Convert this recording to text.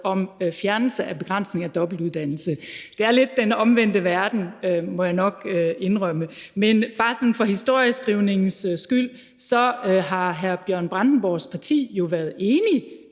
om fjernelse af begrænsningen af dobbeltuddannelse. Det er lidt den omvendte verden, må jeg nok indrømme. Men bare for historieskrivningens skyld har hr. Bjørn Brandenborgs parti jo været enig